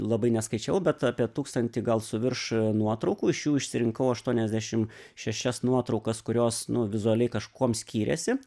labai neskaičiavau bet apie tūkstantį gal suvirš nuotraukų iš jų išsirinkau aštuoniasdešim šešias nuotraukas kurios nu vizualiai kažkuom skyrėsi